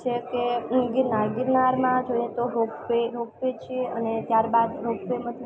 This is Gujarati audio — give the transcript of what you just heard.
છે કે ગીરનાર ગીરનારમાં જોઈએ તો રોપવે રોપવે છે અને ત્યારબાદ રોપવેમાં